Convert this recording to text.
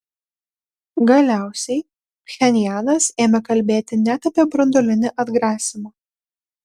galiausiai pchenjanas ėmė kalbėti net apie branduolinį atgrasymą